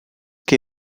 que